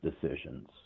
decisions